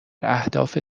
اهداف